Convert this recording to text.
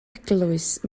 eglwys